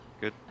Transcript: good